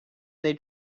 they